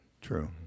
True